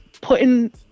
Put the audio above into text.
putting